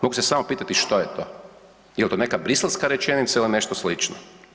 Mogu se sam pitati što je to, jel to neka briselska rečenica ili nešto slično?